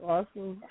Awesome